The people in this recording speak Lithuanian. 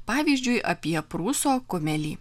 pavyzdžiui apie prūso kumelį